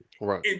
Right